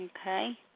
Okay